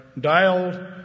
dialed